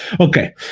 Okay